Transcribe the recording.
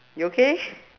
you okay